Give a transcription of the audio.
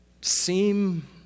seem